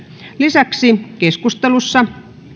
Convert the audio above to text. lisäksi keskustelussa